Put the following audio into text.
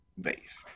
base